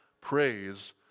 praise